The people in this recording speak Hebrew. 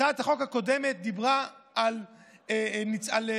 הצעת החוק הקודמת דיברה על אלימות.